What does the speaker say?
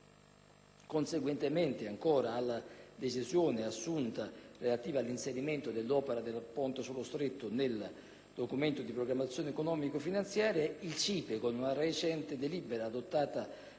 Conseguentemente alla decisione assunta, relativa all'inserimento dell'opera del ponte sullo Stretto nel Documento di programmazione economico-finanziaria, il CIPE, con una recente delibera (adottata